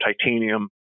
titanium